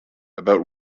about